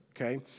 okay